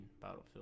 battlefield